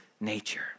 nature